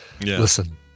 Listen